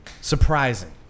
surprising